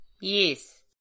Yes